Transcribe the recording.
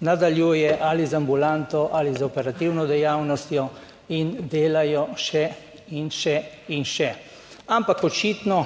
nadaljuje ali z ambulanto ali z operativno dejavnostjo in delajo še in še in še, ampak očitno